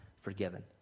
forgiven